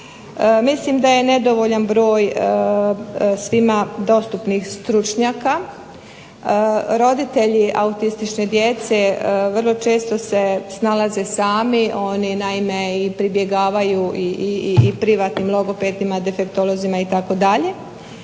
Mislim da je nedovoljan broj svima dostupnih stručnjaka. Roditelji autistične djece vrlo često se snalaze sami, oni naime i pribjegavaju i privatnim logopedima, defektolozima itd., vrlo